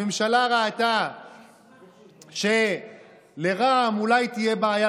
הממשלה ראתה שלרע"מ אולי תהיה בעיה,